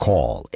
Call